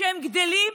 כשהם גדלים,